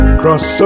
cross